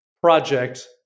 project